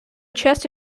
chest